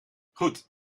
goed